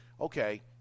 okay